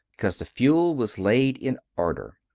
because the fuel was laid in order.